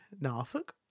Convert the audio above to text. Norfolk